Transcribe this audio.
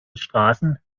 straßen